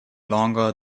longer